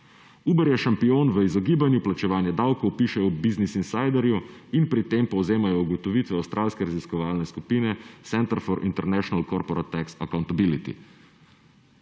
Uber je šampion v izogibanju plačevanja davkov pišejo v Business Insiderju in pri tem povzemajo ugotovitve avstralske raziskovalne skupine Senprefor International Corporat Tex Acountbillity.